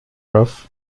rough